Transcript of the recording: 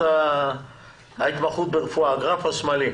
הגרף השמאלי.